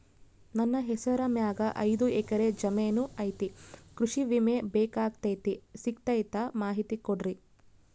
ನನ್ನ ಹೆಸರ ಮ್ಯಾಲೆ ಐದು ಎಕರೆ ಜಮೇನು ಐತಿ ಕೃಷಿ ವಿಮೆ ಬೇಕಾಗೈತಿ ಸಿಗ್ತೈತಾ ಮಾಹಿತಿ ಕೊಡ್ರಿ?